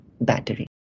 battery